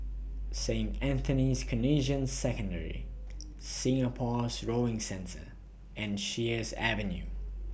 Saint Anthony's Canossian Secondary Singapore's Rowing Centre and Sheares Avenue